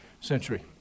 century